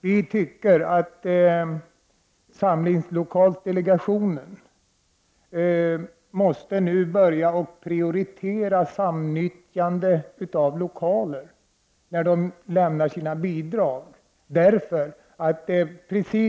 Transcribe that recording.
Vi tycker att samlingslokalsdelegationen nu måste börja främja ett samnyttjande av samlingslokaler när de lämnar sina bidrag.